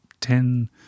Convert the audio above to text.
ten